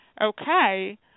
okay